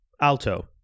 Alto